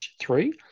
three